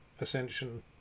Ascension